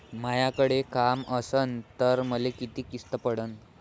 मायाकडे काम असन तर मले किती किस्त पडन?